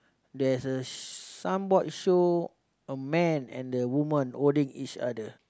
there's a some what show a man and the woman holding each other